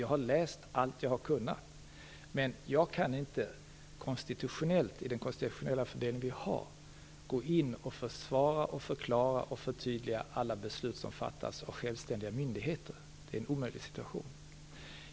Jag har läst allt det tillgängliga materialet, men jag kan inte med den konstitutionella fördelning som vi har försvara, förklara och förtydliga alla beslut som fattas av självständiga myndigheter. Det är en omöjlig uppgift.